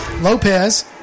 Lopez